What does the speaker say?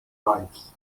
lives